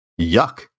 yuck